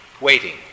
waiting